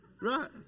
right